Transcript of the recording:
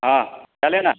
हाँ क्या लेना